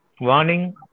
warning